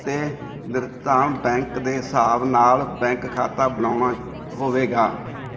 ਅਤੇ ਨਿਰਧਾਮ ਬੈਂਕ ਦੇ ਹਿਸਾਬ ਨਾਲ ਬੈਂਕ ਖਾਤਾ ਬਣਾਉਣਾ ਹੋਵੇਗਾ